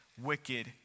wicked